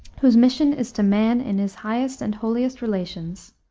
whose mission is to man in his highest and holiest relations,